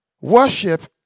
Worship